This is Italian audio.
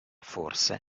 forse